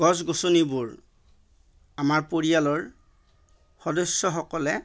গছ গছনিবোৰ আমাৰ পৰিয়ালৰ সদস্যসকলে